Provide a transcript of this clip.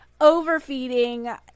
overfeeding